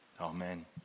Amen